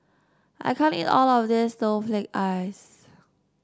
I can't eat all of this Snowflake Ice